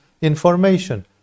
information